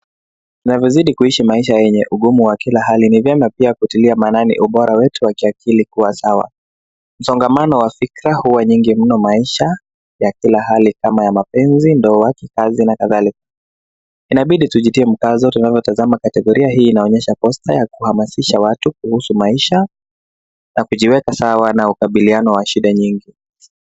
Tunavyozidi kuishi maisha ennye ugumu wa kila hali ni vyema pia kutilia maanani ubora wetu wa kiakili kuwa sawa. Msongamano wa fikra huw anyingi mno kwa maisha ya kila hali kama ya mapenzi, ndoa, kikazi na kadhalika. Inabidi tujitie mkazo tunavyotazama kategoria hii inaonyesha posta ya kuhamasisha watu kuhusu maisha na kujiweka sawa na ukabiliano wa shida nyingi.